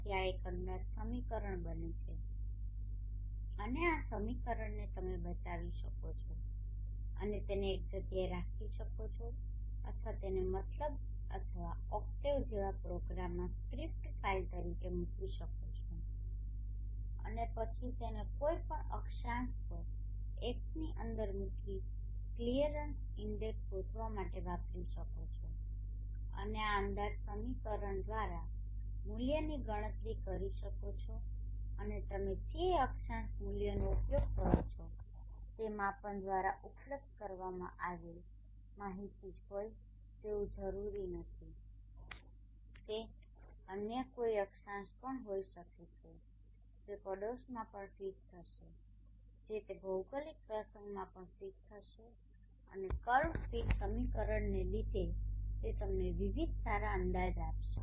તેથી આ એક અંદાજ સમીકરણ બને છે અને આ સમીકરણને તમે બચાવી શકો છો અને તેને એક જગ્યાએ રાખી શકો છો અથવા તેને MATLAB અથવા Octave જેવા પ્રોગ્રામમાં સ્ક્રિપ્ટ ફાઇલ તરીકે મૂકી શકો છો અને પછી તેને કોઈપણ અક્ષાંશ પર xની અંદર મુકીને ક્લિયરન્સ ઇન્ડેક્સ શોધવા માટે વાપરી શકો છો અને આ અંદાજ સમીકરણ દ્વારા મૂલ્યની ગણતરી કરી શકો છો અને તમે જે અક્ષાંશ મૂલ્યનો ઉપયોગ કરો છો તે માપન દ્વારા ઉપલબ્ધ કરવામા આવેલ માહિતી જ હોય તેવું જરૂરી નથી તે અન્ય કોઈ અક્ષાંશ પણ હોઈ શકે છે જે પડોશમાં પણ ફિટ થશે જે તે ભૌગોલિક પ્રસંગમાં પણ ફિટ થશે અને કર્વ ફિટ સમીકરણને લીધે તે તમને વિવિધ સારા અંદાજ આપશે